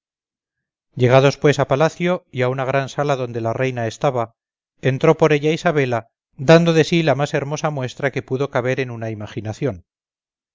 llegados pues a palacio y a una gran sala donde la reina estaba entró por ella isabela dando de sí la más hermosa muestra que pudo caber en una imaginación